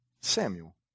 Samuel